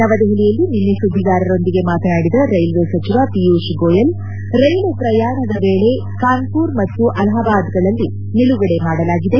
ನವದೆಹಲಿಯಲ್ಲಿ ನಿನ್ನೆ ಸುದ್ದಿಗಾರರೊಂದಿಗೆ ಮಾತನಾಡಿದ ರೈಲ್ವೆ ಸಚಿವ ಪಿಯೂಷ್ ಗೋಯಲ್ ರೈಲು ಪ್ರಯಾಣದ ವೇಳೆ ಕಾನ್ವುರ ಮತ್ತು ಅಲಹಾಬಾದ್ಗಳಲ್ಲಿ ನಿಲುಗಡೆ ಮಾಡಲಾಗಿದೆ